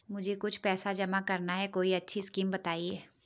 मुझे कुछ पैसा जमा करना है कोई अच्छी स्कीम बताइये?